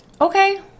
Okay